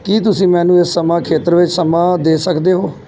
ਕੀ ਤੁਸੀਂ ਮੈਨੂੰ ਇਸ ਸਮਾਂ ਖੇਤਰ ਵਿੱਚ ਸਮਾਂ ਦੇ ਸਕਦੇ ਹੋ